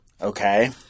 Okay